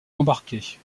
embarqués